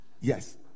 Yes